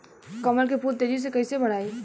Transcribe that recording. कमल के फूल के तेजी से कइसे बढ़ाई?